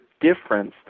difference